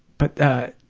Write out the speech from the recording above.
but the